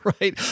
right